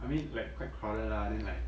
I mean like quite crowded lah then like